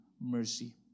mercy